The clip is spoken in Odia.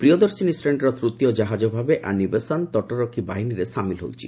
ପ୍ରୀୟଦର୍ଶିନୀ ଶ୍ରେଣୀର ତୃତୀୟ କାହାଜ ଭାବେ ଆନି ବେସାନ୍ତ ତଟରକ୍ଷୀ ବାହିନୀରେ ସାମିଲ ହୋଇଛି